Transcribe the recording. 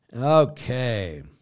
Okay